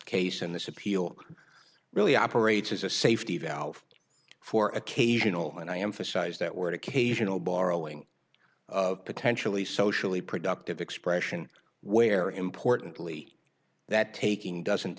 case and this appeal really operates as a safety valve for occasional and i emphasize that word occasional borrowing of potentially socially productive expression where importantly that taking doesn't